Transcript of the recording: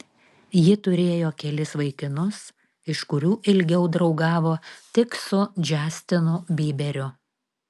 ji turėjo kelis vaikinus iš kurių ilgiau draugavo tik su džastinu byberiu